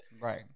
right